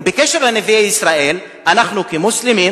ובקשר לנביאי ישראל אנחנו, כמוסלמים,